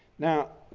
now,